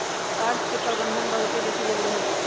अर्थ के प्रबंधन बहुते बेशी जरूरी होइ छइ